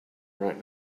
right